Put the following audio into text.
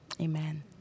Amen